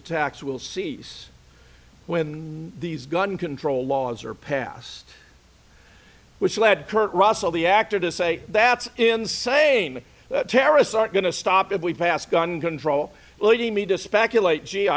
attacks will cease when these gun control laws are passed which led kurt russell the actor to say that's insane terrorists aren't going to stop if we pass gun control leading me to speculate gee